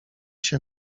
się